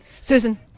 Susan